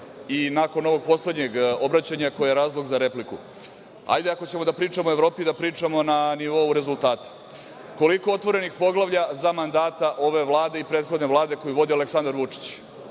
i nakon ovog poslednjeg obraćanja, koje je razlog za repliku. Hajde, ako ćemo da pričamo o Evropi, da pričamo na nivou rezultata. Koliko je otvorenih poglavlja za mandata ove Vlade i prethodne Vlade koju vodi Aleksandar Vučić?